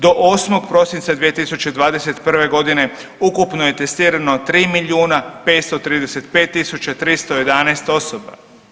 Do 8. prosinca 2021. godine ukupno je testirano 3 milijuna 535 tisuća 311 osoba.